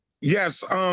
Yes